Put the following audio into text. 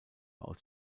aus